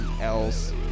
else